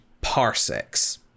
parsecs